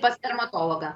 pas dermatologą